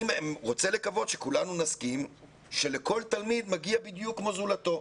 אני רוצה לקוות שכולנו נסכים שלכל תלמיד מגיע בדיוק כמו זולתו.